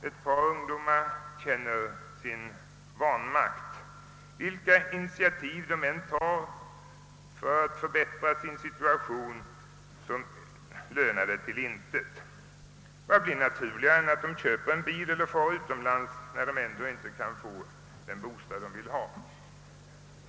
Ett par av ungdomar känner sin vanmakt; vilket initiativ de än tar för att förbättra sin situation lönar det till intet. Vad blir då naturligare än att de köper en bil eller far utomlands, när de ändå inte ka få den bostad de vill ha.